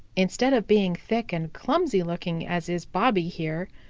instead of being thick and clumsy-looking, as is bobby here,